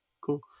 cool